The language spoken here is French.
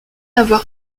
avoir